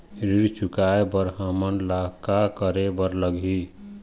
ऋण चुकाए बर हमन ला का करे बर लगही?